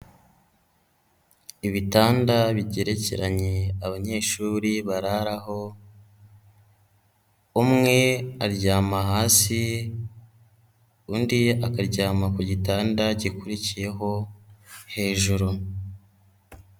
Ibitanda bigerekeranye abanyeshuri bararaho, umwe aryama hasi, undi akaryama ku gitanda gikurikiyeho hejuru.